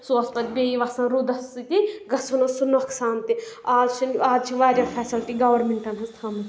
سُہ اوس پَتہٕ بیٚیہِ وَسان رُدَس سۭتی گژھان اوس سُہ نۄقصان تہِ آز چھُنہٕ آز چھِ واریاہ فیسَلٹی گورمنٹَن حظ تھاومٕژ